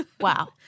Wow